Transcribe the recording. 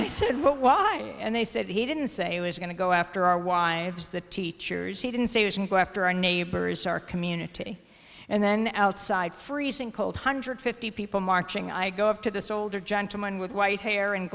i said what why and they said he didn't say he was going to go after our wives the teachers he didn't say you should go after our neighbors our community and then outside freezing cold hundred fifty people marching i go up to this older gentleman with white hair and